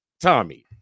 Tommy